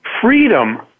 freedom